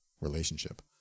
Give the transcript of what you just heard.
relationship